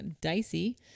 dicey